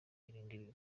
irinde